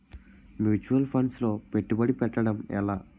Mutual funds లో పెట్టుబడి పెట్టడం ఎలా?